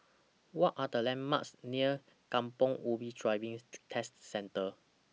What Are The landmarks near Kampong Ubi Driving Test Centre